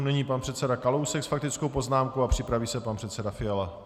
Nyní pan předseda Kalousek s faktickou poznámkou a připraví se pan předseda Fiala.